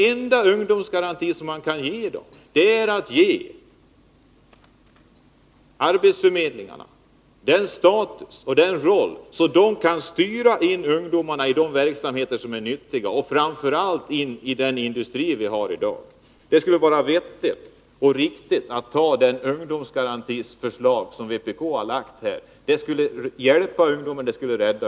Enda möjligheten att få en ungdomsgaranti är att ge arbetsförmedlingarna en status och en roll som gör att de kan styra in ungdomarna i de verksamheter som är nyttiga och framför allt in i den industri vi har i dag. Det skulle vara riktigt och vettigt att anta det förslag till ungdomsgaranti som vpk har väckt. Det skulle rädda ungdomen.